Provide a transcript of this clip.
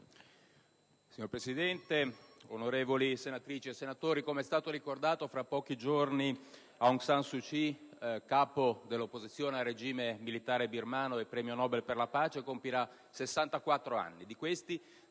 Signor Presidente, onorevoli senatrici e senatori, come è stato ricordato, fra pochi giorni Aung San Suu Kyi, capo dell'opposizione al regime militare birmano e premio Nobel per la pace, compirà 64 anni,